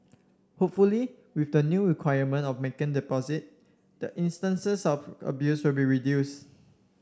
hopefully with the new requirement of making deposit the instances of abuse will be reduce